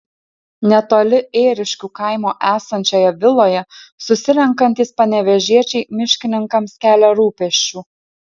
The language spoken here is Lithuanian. netoli ėriškių kaimo esančioje viloje susirenkantys panevėžiečiai miškininkams kelia rūpesčių